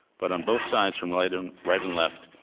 but on both sides, from right and right and left,